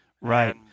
Right